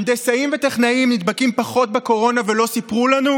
הנדסאים וטכנאים נדבקים פחות בקורונה ולא סיפרו לנו?